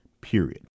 period